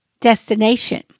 destination